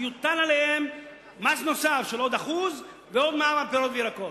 ויוטל עליהם מס נוסף של 1% ועוד מע"מ על פירות וירקות.